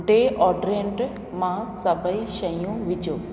deodorant मां सभई शयूं विझो